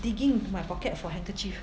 digging into my pocket for handkerchief